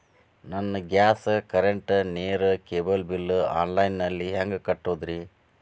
ನನ್ನ gas, current, ನೇರು, cable bill online ನಲ್ಲಿ ಹೆಂಗ್ ಕಟ್ಟೋದ್ರಿ?